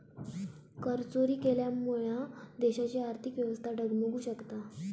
करचोरी केल्यामुळा देशाची आर्थिक व्यवस्था डगमगु शकता